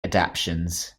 adaptions